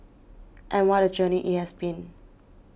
and what a journey it has been